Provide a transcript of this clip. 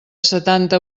setanta